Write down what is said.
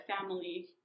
family